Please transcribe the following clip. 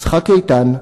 יצחק איתן,